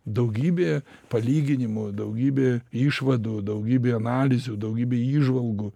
daugybė palyginimų daugybė išvadų daugybė analizių daugybė įžvalgų